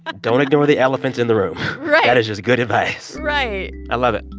ah don't ignore the elephant in the room right that is just good advice right i love it.